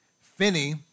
Finney